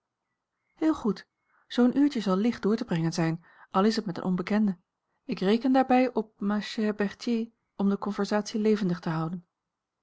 heel goed zoo'n uurtje zal licht door te brengen zijn al is het met een onbekende ik reken daarbij op ma chère berthier om de conversatie levendig te houden